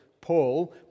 Paul